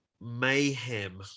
mayhem